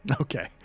Okay